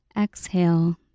exhale